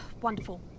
Wonderful